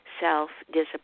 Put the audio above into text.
self-discipline